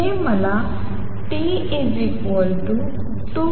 हे मला T2Lv